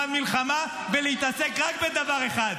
הנשיא הזה היה הנשיא הכי טוב בעבור המדינה שלנו.